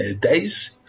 Days